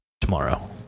Tomorrow